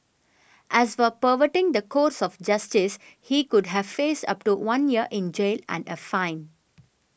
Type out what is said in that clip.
as for perverting the course of justice he could have faced up to one year in jail and a fine